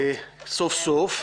סוף-סוף.